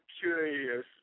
curious